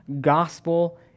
gospel